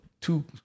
two